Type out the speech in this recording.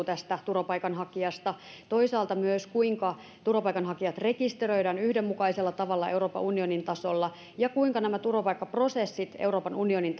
tästä turvapaikanhakijasta ja toisaalta pohditaan myös kuinka turvapaikanhakijat rekisteröidään yhdenmukaisella tavalla euroopan unionin tasolla ja kuinka nämä turvapaikkaprosessit euroopan unionin